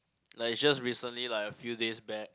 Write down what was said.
like it's just recently lah a few days back